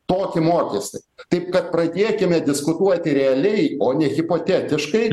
tokį mokestį taip kad pradėkime diskutuoti realiai o ne hipotetiškai